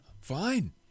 fine